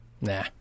Nah